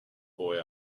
boy